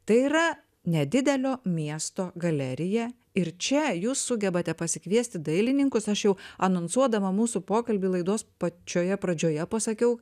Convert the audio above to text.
tai yra nedidelio miesto galerija ir čia jūs sugebate pasikviesti dailininkus aš jau anonsuodama mūsų pokalbių laidos pačioje pradžioje pasakiau